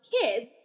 kids